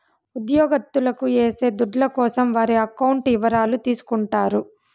ఉద్యోగత్తులకు ఏసే దుడ్ల కోసం వారి అకౌంట్ ఇవరాలు తీసుకుంటారు